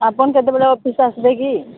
ଆପଣ କେତେବେଳେ ଅଫିସ୍ ଆସିବେ କି